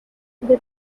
the